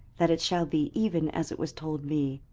that it shall be even as it was told me.